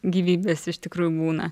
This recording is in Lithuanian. gyvybės iš tikrųjų būna